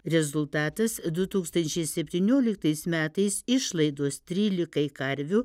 rezultatas du tūkstančiai septynioliktais metais išlaidos trylikai karvių